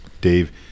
Dave